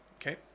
okay